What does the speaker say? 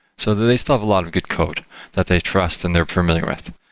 so they still have a lot of good code that they trust and they're familiar with.